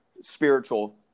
spiritual